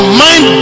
mind